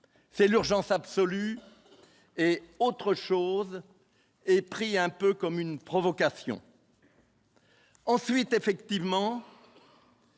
c'est l'urgence absolue et autre chose et pris un peu comme une provocation. Ensuite, effectivement,